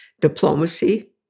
diplomacy